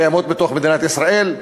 קיימות בתוך מדינת ישראל,